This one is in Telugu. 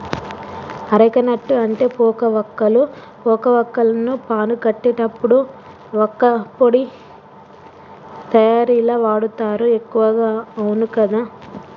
అరెక నట్టు అంటే పోక వక్కలు, పోక వాక్కులను పాను కట్టేటప్పుడు వక్కపొడి తయారీల వాడుతారు ఎక్కువగా అవును కదా